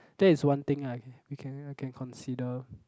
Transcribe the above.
that is one thing I can we can I can consider